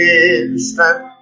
instant